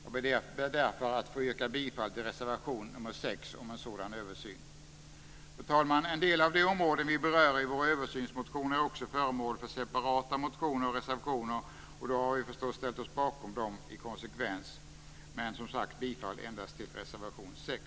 Jag ber därför att få yrka bifall till reservation nr 6 om en sådan översyn. Fru talman! En del av de områden vi berör i vår översynsmotion är också föremål för separata motioner och reservationer, och i konsekvens med det har vi förstås ställt oss bakom dem. Men jag yrkar, som sagt, bifall endast till reservation 6.